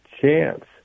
chance